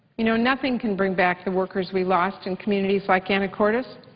you know, nothing can bring back the workers we lost in communities like anacortes,